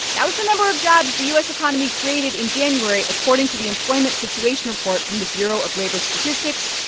that was the number of jobs the u s. economy created in january, according to the employment situation report from the bureau of labor statistics,